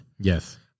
Yes